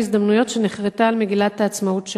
הזדמנויות שנחרתה על מגילת העצמאות שלנו.